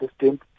system